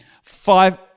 Five